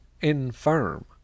infirm